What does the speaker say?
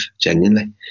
genuinely